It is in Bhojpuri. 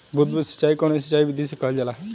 बूंद बूंद सिंचाई कवने सिंचाई विधि के कहल जाला?